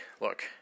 look